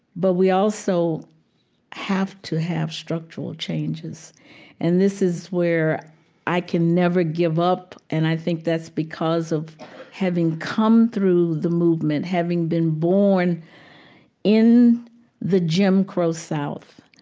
but we also have to have structural changes and this is where i can never give up and i think that's because of having come through the movement, having been born in the jim crow south.